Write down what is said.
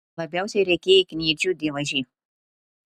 man labiausiai reikėjo kniedžių dievaži